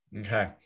Okay